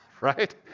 Right